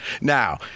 now